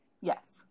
yes